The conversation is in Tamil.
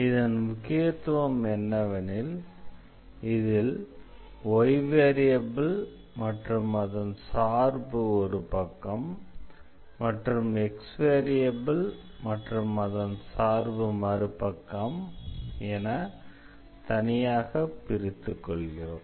இதன் முக்கியத்துவம் என்னவெனில் இதில் y வேரியபிள் மற்றும் அதன் சார்பு ஒரு பக்கம் மற்றும் x வேரியபிள் மற்றும் அதன் சார்பு மறு பக்கம் என தனியாக பிரித்து கொள்கிறோம்